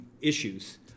issues